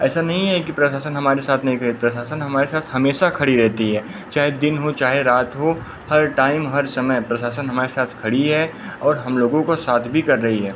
ऐसा नहीं है कि प्रशासन हमारे साथ नहीं खड़ी है प्रशासन हमारे साथ हमेशा खड़ी रहती है चाहे दिन हो चाहे रात हो हर टाइम हर समय प्रशासन हमारे साथ खड़ी है और हम लोगों को साथ भी कर रही है